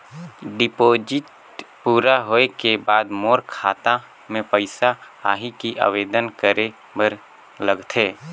Deposit पूरा होय के बाद मोर खाता मे पइसा आही कि आवेदन करे बर लगथे?